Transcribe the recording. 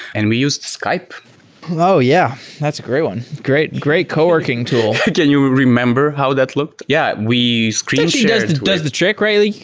and we used to skype oh, yeah. that's a great one. great great co-working tool can you remember how that looked? yeah, we screen does the trick, right? like